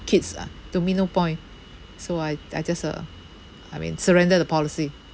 kids ah to me no point so I I just uh I mean surrender the policy